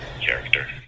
character